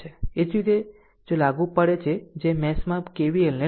એ જ રીતે જો લાગુ પડે છે જે મેશ 2 માં KVL ને લાગુ કરે છે